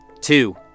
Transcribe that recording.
Two